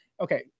Okay